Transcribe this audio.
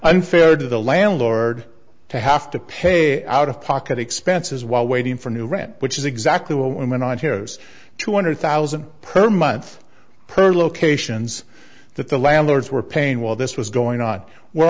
nfair to the landlord to have to pay out of pocket expenses while waiting for new rent which is exactly what went on here's two hundred thousand per month per locations that the landlords were pain while this was going on were